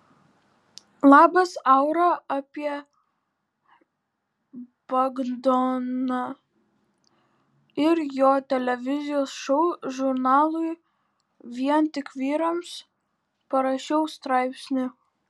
labas aura apie bagdoną ir jo televizijos šou žurnalui vien tik vyrams parašiau straipsnį